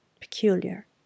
peculiar